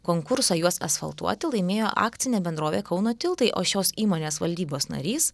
konkursą juos asfaltuoti laimėjo akcinė bendrovė kauno tiltai o šios įmonės valdybos narys